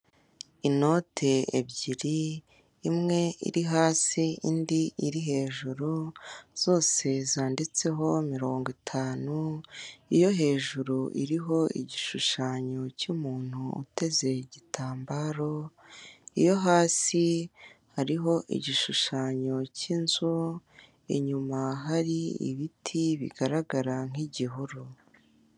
Inoti ebyiri imwe iri hasi indi iri hejuru, zose zanditseho mirongo itanu. Iyo hejuru iriho igishushanyo cy'umuntu uteze igitambaro, iyo hasi hariho igishushanyo cy 'inzu. Inyuma hari ibiti bigaragara nk' igihuru.